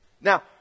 Now